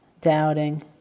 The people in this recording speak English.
doubting